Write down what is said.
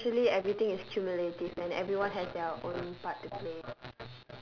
but essentially everything is cumulative and everyone has their own part to play